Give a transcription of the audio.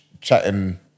chatting